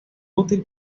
útil